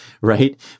right